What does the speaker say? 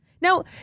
Now